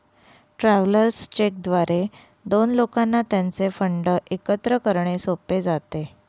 travellers cheque द्वारे दोन लोकांना त्यांचे फंड एकत्र करणे सोपे जाते